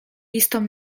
listom